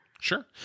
Sure